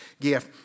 gift